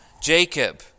Jacob